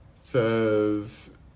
says